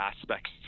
aspects